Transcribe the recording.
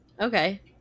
Okay